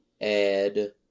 add